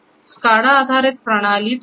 SCADA आधारित प्रणाली